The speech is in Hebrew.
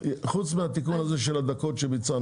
חוץ מהתיקון הזה של מספר הדקות שביצענו,